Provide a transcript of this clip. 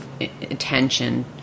attention